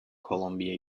columbia